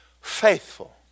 Faithful